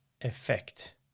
effect